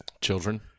children